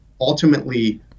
ultimately